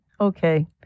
Okay